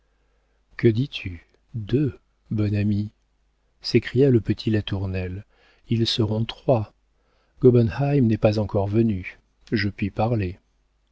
que dis-tu deux bonne amie s'écria le petit latournelle ils seront trois gobenheim n'est pas encore venu je puis parler